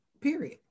Period